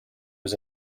was